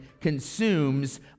consumes